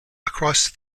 across